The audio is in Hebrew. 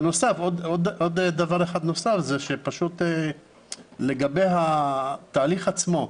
בנוסף, לגבי התהליך עצמו,